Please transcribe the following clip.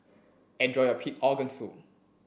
enjoy your pig organ soup